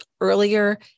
earlier